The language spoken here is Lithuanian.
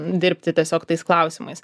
dirbti tiesiog tais klausimais